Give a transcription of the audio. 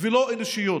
ולא אנושיות.